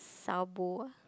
sabo ah